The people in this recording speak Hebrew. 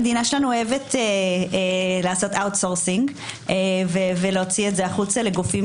המדינה שלנו אוהבת לעשות מיקור חוץ ולהוציא את זה החוצה לגופים